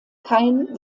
kein